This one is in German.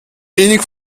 wenig